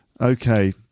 Okay